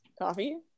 coffee